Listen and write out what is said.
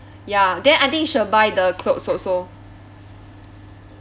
ya then I think should've buy the clothes also